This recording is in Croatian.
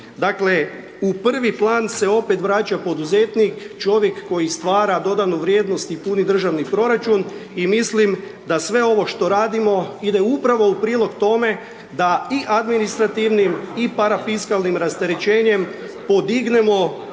dakle u prvi plan se opet vraća poduzetnik, čovjek koji stvara dodanu vrijednost i puni državni proračun i mislim da sve ovo što radimo ide upravo u prilog tome da i administrativnim i parafiskalnim rasterećenjem podignemo